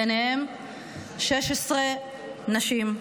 ובהם 16 נשים,